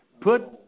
Put